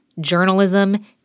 journalism